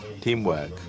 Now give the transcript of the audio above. teamwork